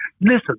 listen